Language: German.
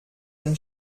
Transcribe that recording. den